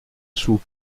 sou